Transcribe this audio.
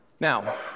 Now